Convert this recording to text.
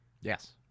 Yes